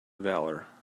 valour